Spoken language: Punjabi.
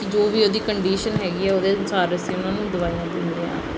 ਜੋ ਵੀ ਉਹਦੀ ਕੰਡੀਸ਼ਨ ਹੈਗੀ ਹੈ ਉਹਦੇ ਅਨੁਸਾਰ ਅਸੀਂ ਉਹਨਾਂ ਨੂੰ ਦਵਾਈਆਂ ਦਿੰਦੇ ਹਾਂ